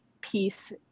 piece